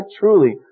truly